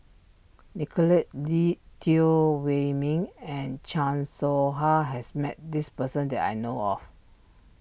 Nicolette D Teo Wei Min and Chan Soh Ha has met this person that I know of